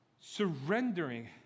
Surrendering